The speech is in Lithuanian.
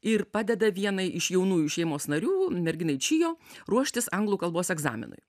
ir padeda vienai iš jaunųjų šeimos narių merginai čijo ruoštis anglų kalbos egzaminui